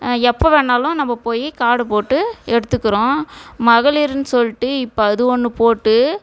எப்போ வேணாலும் நம்ப போய் கார்டு போட்டு எடுத்துக்கிறோம் மகளிர்ன்னு சொல்லிட்டு இப்போ அது ஒன்று போட்டு